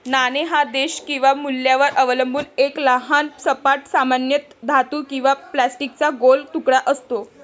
नाणे हा देश किंवा मूल्यावर अवलंबून एक लहान सपाट, सामान्यतः धातू किंवा प्लास्टिकचा गोल तुकडा असतो